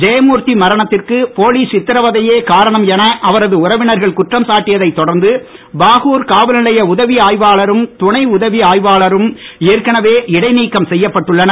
ஜெயமூர்த்தி மரணத்திற்கு போலீஸ் சித்ரவதையே காரணம் என அவரது உறவினர்கள் குற்றம்சாட்டியதை தொடர்ந்து பாகூர் காவல் நிலைய உதவி ஆய்வாளரும் துணை உதவி ஆய்வாளரும் ஏற்கனவே இடைநீக்கம் செய்யப்பட்டுள்ளனர்